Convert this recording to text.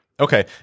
Okay